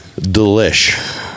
delish